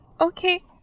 okay